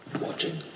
watching